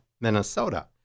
Minnesota